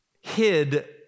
hid